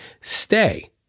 Stay